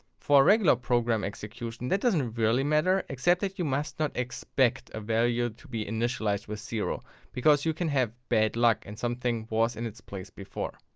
for regular program execution that doesn't really matter, except that you must not expect a variable to be initialised with because you can have bad luck and something was in it's place before.